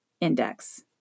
index